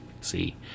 see